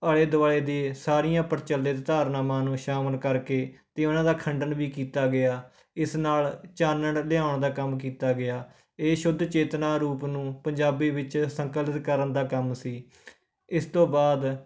ਆਲੇ ਦੁਆਲੇ ਦੇ ਸਾਰੀਆਂ ਪ੍ਰਚਲਿਤ ਧਾਰਨਾਵਾਂ ਨੂੰ ਸ਼ਾਮਿਲ ਕਰਕੇ ਅਤੇ ਉਹਨਾਂ ਦਾ ਖੰਡਨ ਵੀ ਕੀਤਾ ਗਿਆ ਇਸ ਨਾਲ ਚਾਨਣ ਲਿਆਉਣ ਦਾ ਕੰਮ ਕੀਤਾ ਗਿਆ ਇਹ ਸ਼ੁੱਧ ਚੇਤਨਾ ਰੂਪ ਨੂੰ ਪੰਜਾਬੀ ਵਿੱਚ ਸੰਕਲਿਤ ਕਰਨ ਦਾ ਕੰਮ ਸੀ ਇਸ ਤੋਂ ਬਾਅਦ